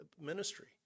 ministry